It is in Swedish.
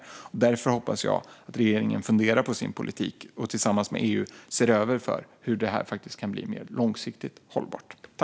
Därför hoppas jag att regeringen funderar på sin politik och tillsammans med EU ser över hur detta kan bli mer långsiktigt hållbart.